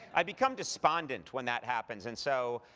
i become despondent when that happens, and so,